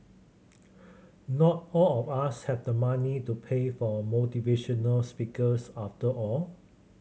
not all of us have the money to pay for motivational speakers after all